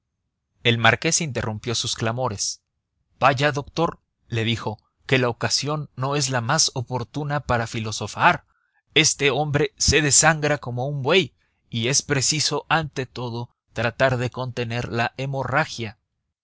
el marqués interrumpió sus clamores vaya doctor le dijo que la ocasión no es la más oportuna para filosofar este hombre se desangra como un buey y es preciso ante todo tratar de contener la hemorragia